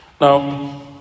Now